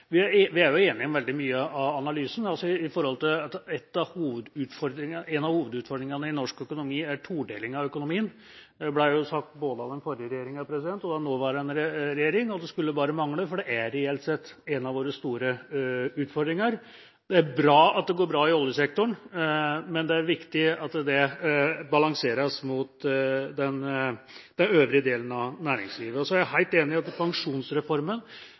Vi er jo enige om veldig mye av analysen. En av hovedutfordringene i norsk økonomi er todelingen av økonomien. Det ble jo sagt av både den forrige regjeringa og den nåværende regjeringa, og det skulle bare mangle, for det er reelt sett en av våre store utfordringer. Det er bra at det går bra i oljesektoren, men det er viktig at det balanseres mot den øvrige delen av næringslivet. Så er jeg helt enig i at pensjonsreformen